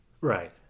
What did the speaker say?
Right